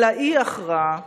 אלא אי-הכרעה